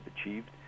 achieved